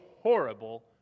horrible